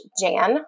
Jan